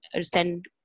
send